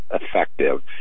effective